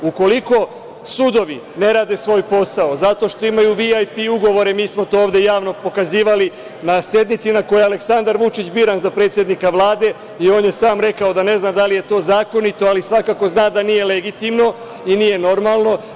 Ukoliko sudovi ne rade svoj posao zato što imaju VIP ugovore, mi smo to ovde javno pokazivali na sednici na kojoj je Aleksandar Vučić biran za predsednika Vlade, i on je sam rekao da nezna da li je to zakonito, ali svakako zna da nije legitimno i nije normalno.